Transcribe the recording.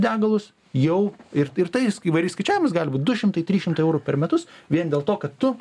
degalus jau ir ir tais įvairiais skaičiavimais gali būt du šimtai trys šimtai eurų per metus vien dėl to kad tu